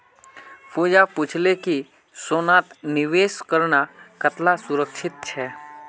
पूजा पूछले कि सोनात निवेश करना कताला सुरक्षित छे